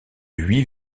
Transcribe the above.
huit